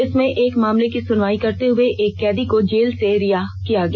इसमें एक मामले की सुनवाई करते हुए एक कैदी को जेल से रिहा किया गया